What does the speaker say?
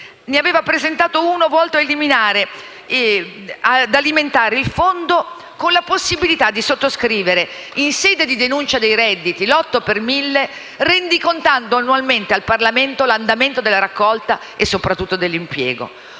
ne aveva presentato uno volto ad alimentare il Fondo con la possibilità per i cittadini di destinare allo stesso, in sede di denuncia dei redditi, l'otto per mille, rendicontando annualmente al Parlamento l'andamento della raccolta e soprattutto dell'impiego.